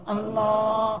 Allah